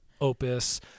opus